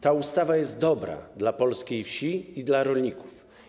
Ta ustawa jest dobra dla polskiej wsi i dla rolników.